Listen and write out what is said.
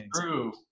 true